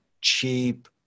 cheap